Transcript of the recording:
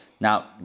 Now